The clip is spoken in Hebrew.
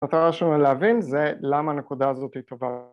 מטרה ראשונה להבין, זה, למה הנקודה הזאת היא טובה.